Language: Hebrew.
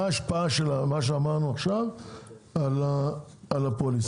מה ההשפעה של מה שאמרנו עכשיו על הפוליסה,